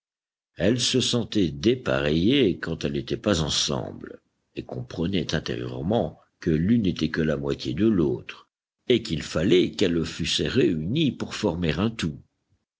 elles se sentaient dépareillées quand elles n'étaient pas ensemble et comprenaient intérieurement que l'une n'était que la moitié de l'autre et qu'il fallait qu'elles fussent réunies pour former un tout